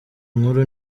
nkuru